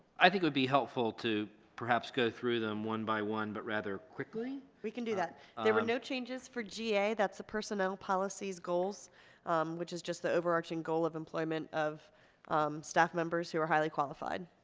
i think would be helpful to perhaps go through them one by one but rather quickly we can do that there were no changes for ga that's the personnel policies goals which is just the overarching goal of employment of staff members who are highly qualified